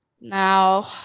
Now